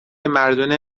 مردونه